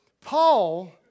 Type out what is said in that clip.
Paul